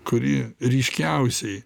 kuri ryškiausiai